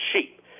cheap